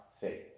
faith